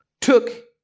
took